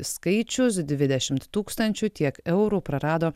skaičius dvidešimt tūkstančių tiek eurų prarado